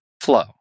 flow